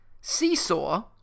Seesaw